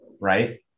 right